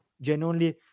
Genuinely